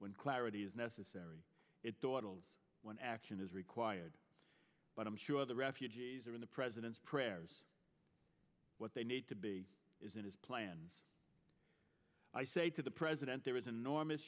when clarity is necessary it dawdle when action is required but i'm sure the refugees are in the president's prayers what they need to be is in his plans i say to the president there is an enormous